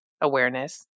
awareness